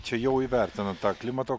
čia jau įvertinat tą klimato